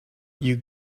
you